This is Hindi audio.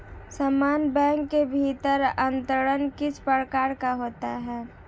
समान बैंक के भीतर अंतरण किस प्रकार का होता है?